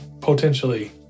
potentially